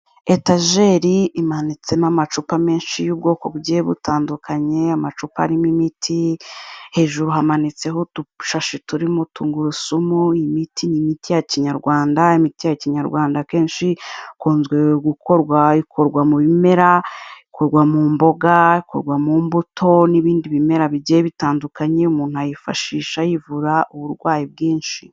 Etajeri imanitsemo amacupa menshi y'ubwoko bugiye butandukanye, amacupa arimo imiti, hejuru hamanitseho udushashi turimo tungurusumu, imiti, ni imiti ya Kinyarwanda, imiti ya Kinyarwanda kenshi ikunzwe gukorwa, ikorwa mu bimera, ikorwa mu mboga, ikorwa mu mbuto n'ibindi bimera bigiye bitandukanye, umuntu ayifashisha yivura uburwayi bwinshi.